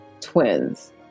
twins